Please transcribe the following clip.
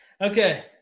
Okay